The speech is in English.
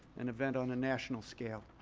an event on a national scale.